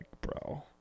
bro